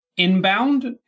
inbound